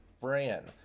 Fran